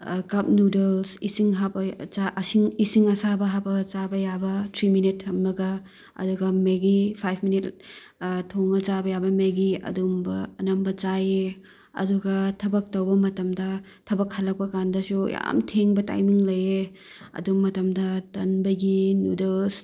ꯀꯞ noodles ꯏꯁꯤꯡ ꯏꯁꯤꯡ ꯑꯁꯥꯕ ꯍꯥꯞꯄꯒ ꯆꯥꯕ ꯌꯥꯕ ꯊ꯭ꯔꯤ ꯃꯤꯅꯤꯠ ꯊꯝꯃꯒ ꯑꯗꯨꯒ ꯃꯦꯒꯤ ꯐꯥꯏꯚ ꯃꯤꯅꯤꯠ ꯊꯣꯡꯉꯒ ꯆꯥꯕ ꯌꯥꯕ ꯃꯦꯒꯤ ꯑꯗꯨꯝꯕ ꯑꯅꯝꯕ ꯆꯥꯏꯑꯦ ꯑꯗꯨꯒ ꯊꯕꯛ ꯇꯧꯕ ꯃꯇꯝꯗ ꯊꯕꯛ ꯍꯜꯂꯛꯄ ꯀꯥꯟꯗꯁꯨ ꯌꯥꯝ ꯊꯦꯡꯕ ꯇꯥꯏꯃꯤꯡ ꯂꯩꯑꯦ ꯑꯗꯨ ꯃꯇꯝꯗ ꯇꯟꯕꯒꯤ ꯅꯨꯗꯜꯁ